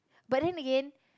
but then again